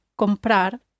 COMPRAR